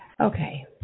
okay